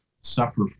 suffer